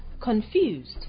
confused